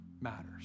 matters